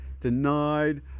denied